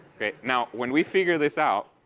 okay? now, when we figured this out